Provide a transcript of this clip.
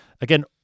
Again